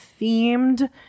themed